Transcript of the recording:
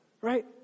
right